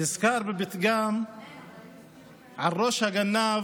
אני נזכר בפתגם "על ראש הגנב